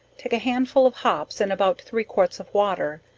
take a handful of hops and about three quarts of water,